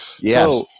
yes